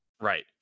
Right